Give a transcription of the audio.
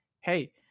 hey